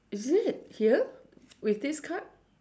is it here with this card